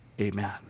Amen